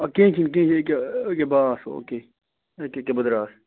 آ کیٚنٛہہ چھُنہٕ کیٚنٛہہ چھُنہٕ یہِ کیٛاہ یہِ کیٛاہ بہٕ آس او کے یہِ کہِ یہِ کہِ بہٕ درٛاس